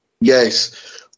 Yes